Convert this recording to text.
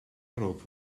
gerookt